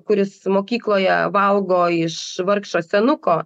kuris mokykloje valgo iš vargšo senuko